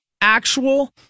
actual